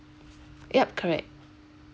yup correct